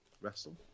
wrestle